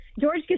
George